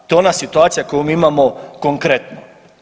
To je ona situacija koju mi imamo konkretno.